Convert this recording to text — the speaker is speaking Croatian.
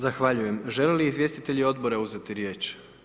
Zahvaljujem, žele li izvjestitelji odbora uzeti riječ?